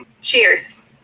Cheers